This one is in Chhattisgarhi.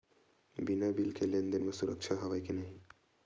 बिना बिल के लेन देन म सुरक्षा हवय के नहीं?